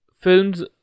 films